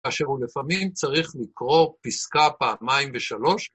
אשר הוא לפעמים צריך לקרוא פסקה פעמיים ושלוש.